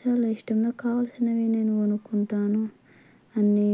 చాలా ఇష్టం నాకు కావలసినవి నేను కొనుక్కుంటాను అన్నీ